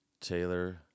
Taylor